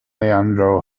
leandro